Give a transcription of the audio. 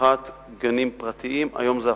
בפתיחת גנים פרטיים, היום זה הפוך.